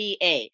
PA